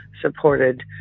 supported